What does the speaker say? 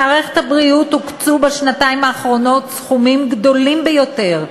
למערכת הבריאות הוקצו בשנתיים האחרונות סכומים גדולים ביותר,